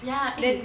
ya eh